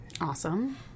Awesome